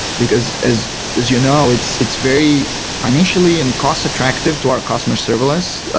because as as you know, it's it's very financially and cost-attractive to our customer serverless, ah